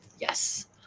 yes